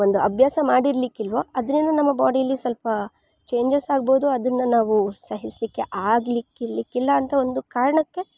ಒಂದು ಅಭ್ಯಾಸ ಮಾಡಿರ್ಲಿಕ್ಕಿಲ್ವೋ ಅದರಿಂದ ನಮ್ಮ ಬಾಡಿಲಿ ಸ್ವಲ್ಪ ಚೆಂಜಸ್ ಆಗಬೋದು ಅದನ್ನು ನಾವು ಸಹಿಸಲಿಕ್ಕೆ ಆಗ್ಲಿಕ್ಕೆ ಇರಲಿಕ್ಕಿಲ್ಲ ಅಂತ ಒಂದು ಕಾರಣಕ್ಕೆ